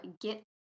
get